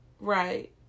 right